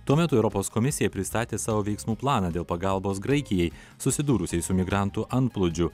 tuo metu europos komisija pristatė savo veiksmų planą dėl pagalbos graikijai susidūrusiai su migrantų antplūdžiu